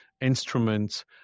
instruments